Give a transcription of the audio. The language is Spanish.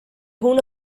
uno